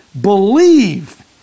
believe